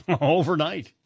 overnight